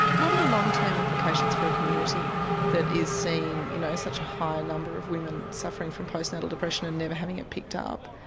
what are the long-term implications for a community that is seeing you know such a high number of women suffering from postnatal depression and never having it picked up?